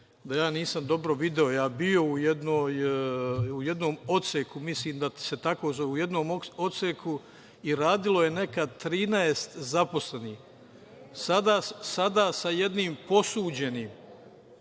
da ja nisam dobro video. Ja sam bio u jednom odseku, mislim da se tako zovu, u jednom odseku i radilo je nekada 13 zaposlenih. Sada sa jednim posuđenim